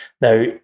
Now